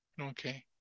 Okay